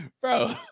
bro